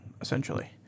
Essentially